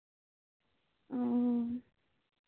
ᱚᱼᱚ